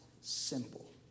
simple